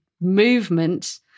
movement